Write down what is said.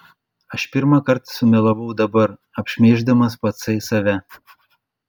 aš pirmąkart sumelavau dabar apšmeiždamas patsai save